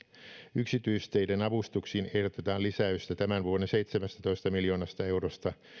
yksityisteiden avustuksiin ehdotetaan lisäystä tämän vuoden seitsemäntoista miljoonasta eurosta